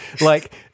like-